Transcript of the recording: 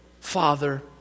Father